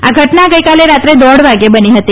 આ ઘટના ગઇકાલે રાત્રે દોઢ વાગ્યે બની હતી